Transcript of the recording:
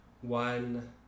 one